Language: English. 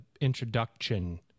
introduction